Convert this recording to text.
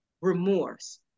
remorse